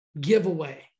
giveaway